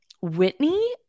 Whitney